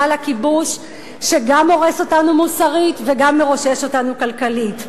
לכיבוש שגם הורס אותנו מוסרית וגם מרושש אותנו כלכלית.